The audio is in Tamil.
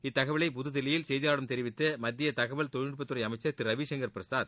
இந்த தகவலை புதுதில்லியில் செய்தியாளர்களிடம் தெரிவித்த மத்திய தகவல் தொழில்நுட்பத்துறை அமைச்சர் திரு ரவிசங்கர் பிரசாத்